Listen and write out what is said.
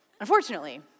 Unfortunately